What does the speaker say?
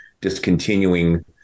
discontinuing